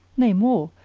nay more,